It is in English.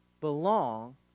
belong